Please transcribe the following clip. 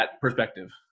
perspective